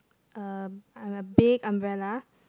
a a big umbrella